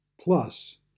plus